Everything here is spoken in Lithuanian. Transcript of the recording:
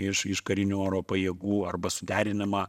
iš iš karinių oro pajėgų arba suderinama